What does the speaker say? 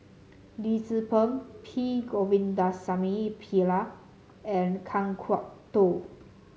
Lim Tze Peng P Govindasamy Pillai and Kan Kwok Toh